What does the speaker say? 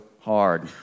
hard